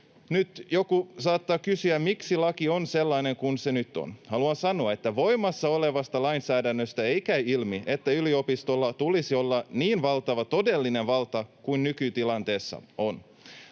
Nyt joku saattaa kysyä, miksi laki on sellainen kuin se nyt on. Haluan sanoa, että voimassa olevasta lainsäädännöstä ei käy ilmi, että yliopistolla tulisi olla niin valtava todellinen valta kuin nykytilanteessa on.